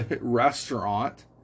restaurant